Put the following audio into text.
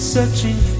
Searching